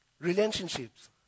Relationships